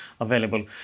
available